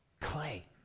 clay